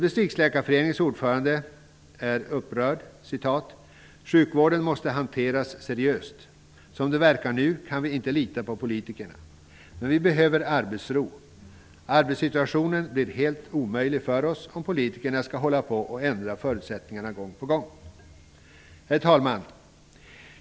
Distriktsläkarföreningens ordförande är upprörd: Sjukvården måste hanteras seriöst. Som det verkar nu kan man inte lita på politikerna. Läkarna behöver arbetsro. Arbetssituationen blir helt omöjligt för dem om politikerna skall ändra förutsättningarna gång på gång. Herr talman!